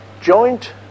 joint